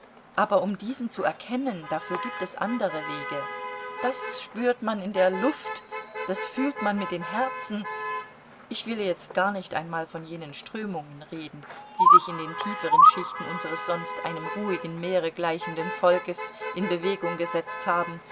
aber um diesen zu erkennen dafür gibt es andere wege das spürt man in der luft das fühlt man mit dem herzen ich will jetzt gar nicht einmal von jenen strömungen reden die sich in den tieferen schichten unseres sonst einem ruhigen meere gleichenden volkes in bewegung gesetzt haben